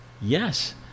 yes